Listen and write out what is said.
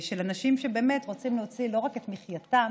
אנשים שבאמת רוצים להוציא לא רק את מחייתם